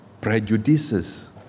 prejudices